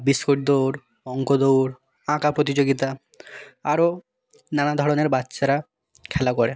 biscuit দৌড় অঙ্ক দৌড় আঁকা প্রতিযোগিতা আরও নানা ধরনের বাচ্চারা খেলা করে